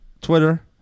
Twitter